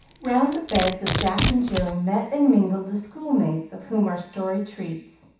round the beds of jack and jill met and mingled the schoolmates of whom our story treats.